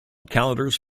calendars